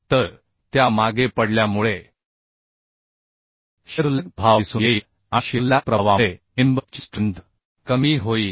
तर त्या मागे पडल्यामुळे शिअर लॅग प्रभाव दिसून येईल आणि शिअर लॅग प्रभावामुळे मेंबर ची स्ट्रेंथ कमी होईल